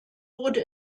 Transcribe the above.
wurde